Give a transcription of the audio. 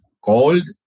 called